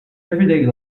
everyday